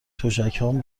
تشکهام